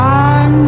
on